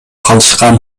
калышкан